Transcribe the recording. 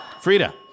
Frida